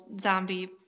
zombie